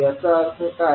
याचा अर्थ काय